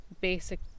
basic